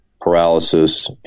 paralysis